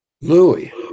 Louis